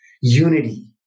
Unity